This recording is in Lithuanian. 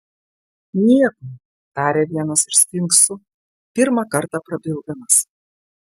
nieko tarė vienas iš sfinksų pirmą kartą prabildamas